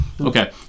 Okay